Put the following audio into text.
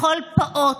לכל פעוט,